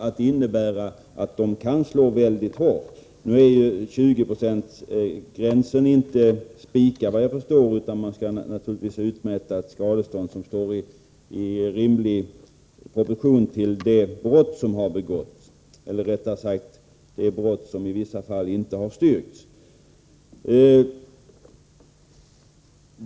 20-procentsgränsen är emellertid, såvitt jag förstår, inte fastslagen, utan man skall naturligtvis utmäta ett skadestånd som står i rimlig proportion till det brott som begåtts, eller rättare sagt det brott som i vissa fall inte har styrkts.